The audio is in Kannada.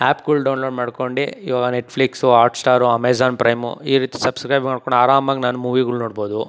ಆ್ಯಪ್ಗಳು ಡೌನ್ಲೋಡ್ ಮಾಡ್ಕೊಂಡು ಇವಾಗ ನೆಟ್ಫ್ಲಿಕ್ಸು ಹಾಟ್ಸ್ಟಾರು ಅಮೆಜಾನ್ ಪ್ರೈಮು ಈ ರೀತಿ ಸಬ್ಸ್ಕ್ರೈಬ್ ಮಾಡ್ಕೊಂಡು ಆರಾಮಾಗಿ ನಾನು ಮೂವಿಗಳು ನೋಡ್ಬೋದು